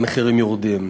המחירים יורדים.